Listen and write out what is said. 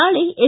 ನಾಳೆ ಎಸ್